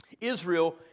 Israel